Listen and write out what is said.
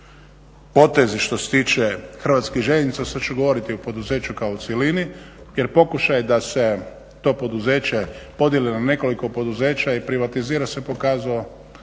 potezi što se tiče Hrvatskih željeznica, sad ću govoriti o poduzeću kao cjelini, jer pokušaj da se to poduzeće podijeli na nekoliko poduzeća i privatizira se pokazao